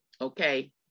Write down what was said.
Okay